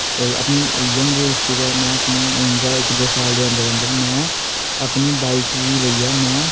अपनी young age च गै में हून गै इक दो साल दे अन्दर अन्दर में अपनी बॉईक गी लेइयै में